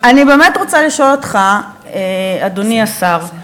אני באמת רוצה לשאול אותך, אדוני השר: